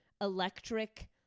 electric